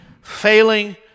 failing